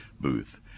booth